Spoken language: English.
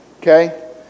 okay